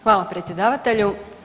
Hvala predsjedavatelju.